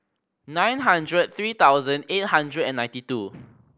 nine hundred three thousand eight hundred and ninety two